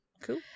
Cool